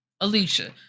alicia